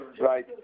right